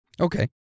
Okay